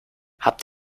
habt